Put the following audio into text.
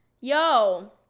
Yo